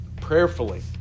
Prayerfully